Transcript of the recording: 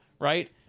right